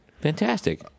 Fantastic